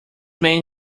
man